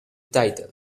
title